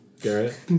Garrett